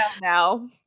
now